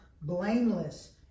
blameless